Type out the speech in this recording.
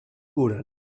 curen